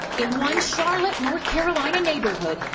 in one charlotte, north carolina neighborhood,